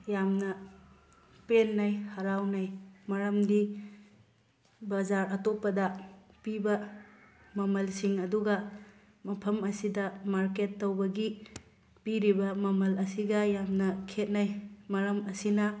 ꯌꯥꯝꯅ ꯄꯦꯟꯅꯩ ꯍꯔꯥꯎꯅꯩ ꯃꯔꯝꯗꯤ ꯕꯖꯥꯔ ꯑꯇꯣꯞꯄꯗ ꯄꯤꯕ ꯃꯃꯜꯁꯤꯡ ꯑꯗꯨꯒ ꯃꯐꯝ ꯑꯁꯤꯗ ꯃꯥꯔꯀꯦꯠ ꯇꯧꯕꯒꯤ ꯄꯤꯔꯤꯕ ꯃꯃꯜ ꯑꯁꯤꯒ ꯌꯥꯝꯅ ꯈꯦꯠꯅꯩ ꯃꯔꯝ ꯑꯁꯤꯅ